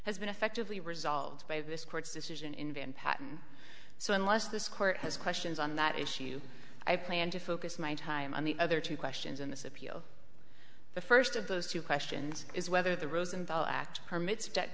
has been effectively resolved by this court's decision in van patten so unless this court has questions on that issue i plan to focus my time on the other two questions in this appeal the first of those two questions is whether the rosendahl act permits debt